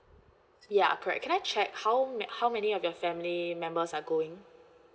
ya correct can I check how ma~ how many of your family members are going